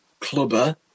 clubber